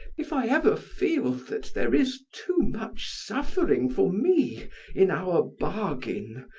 if i ever feel that there is too much suffering for me in our bargain,